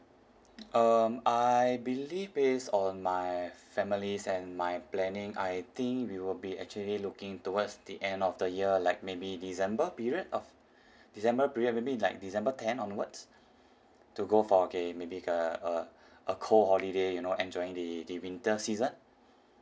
um I believe based on my family's and my planning I think we will be actually looking towards the end of the year like maybe december period of december period maybe like december ten onwards to go for okay maybe a a a cold holiday you know enjoying the the winter season